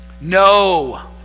No